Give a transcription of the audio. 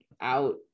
out